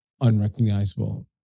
unrecognizable